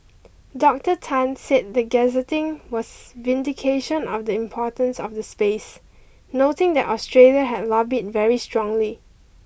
Doctor Tan said the gazetting was vindication of the importance of the space noting that Australia had lobbied very strongly